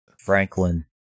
Franklin